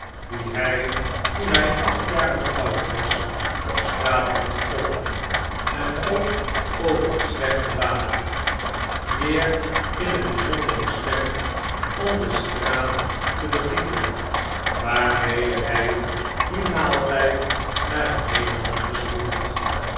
die hij toen hij acht jaren oud was op straat had gekocht en ook over het slechte water meer in t bijzonder bestemd om de straat te begieten waarmede hij dien maaltijd naar beneden had gespoeld